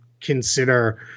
consider